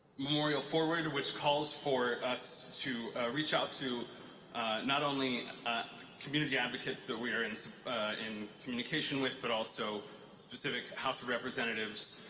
memorial forward, which calls for us to reach out to not only community advocates that we're and in communication with, but also specific house of representatives